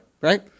right